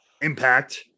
Impact